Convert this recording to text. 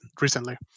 recently